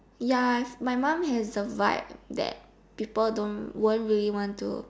ya my mum has the vibe that people don't won't really want to